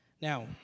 Now